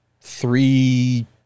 three